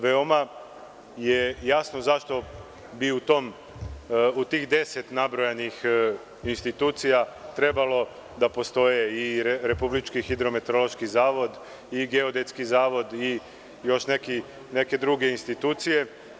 Veoma je jasno zašto bi u tih deset nabrojanih institucija trebalo da postoje i Republički hidrometeorološki zavod i Geodetski zavod i još neke druge institucije.